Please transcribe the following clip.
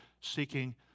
seeking